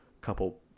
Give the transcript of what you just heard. couple